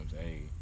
Hey